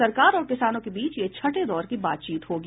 सरकार और किसानों के बीच यह छठें दौर की बातचीत होगी